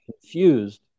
confused